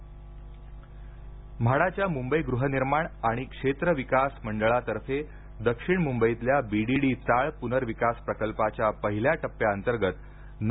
म्हाडा म्हाडाच्या मुंबई गृहनिर्माण आणि क्षेत्रविकास मंडळातर्फे दक्षिण मुंबईतल्या बीडीडी चाळ पुनर्विकास प्रकल्पाच्या पहिल्या टप्प्याअंतर्गत ना